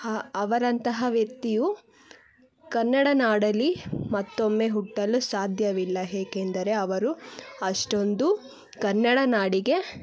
ಅವರಂತಹ ವ್ಯಕ್ತಿಯು ಕನ್ನಡ ನಾಡಲ್ಲಿ ಮತ್ತೊಮ್ಮೆ ಹುಟ್ಟಲು ಸಾಧ್ಯವಿಲ್ಲ ಏಕೆಂದರೆ ಅವರು ಅಷ್ಟೊಂದು ಕನ್ನಡ ನಾಡಿಗೆ